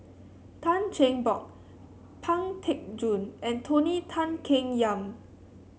Tan Cheng Bock Pang Teck Joon and Tony Tan Keng Yam